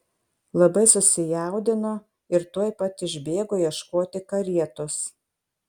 labai susijaudino ir tuoj pat išbėgo ieškoti karietos